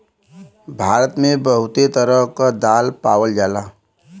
भारत मे बहुते तरह क दाल पावल जाला